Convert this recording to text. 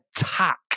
attack